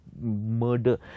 Murder